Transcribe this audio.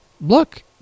look